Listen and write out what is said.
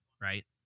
right